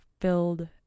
filled